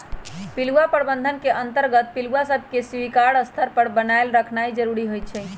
पिलुआ प्रबंधन के अंतर्गत पिलुआ सभके स्वीकार्य स्तर पर बनाएल रखनाइ जरूरी होइ छइ